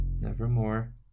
nevermore